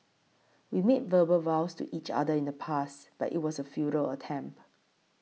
we made verbal vows to each other in the past but it was a futile attempt